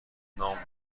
نام